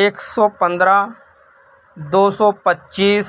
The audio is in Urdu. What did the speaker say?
ایک سو پندرہ دو سو پچیس